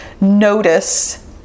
Notice